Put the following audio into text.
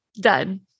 Done